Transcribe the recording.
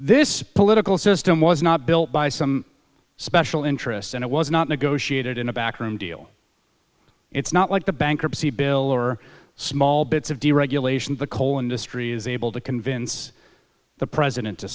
this political system was not built by some special interests and it was not negotiated in a backroom deal it's not like the bankruptcy bill or small bits of deregulation the coal industry is able to convince the president to